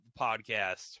podcast